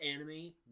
anime